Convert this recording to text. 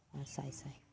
ᱥᱟᱭ ᱥᱟᱭ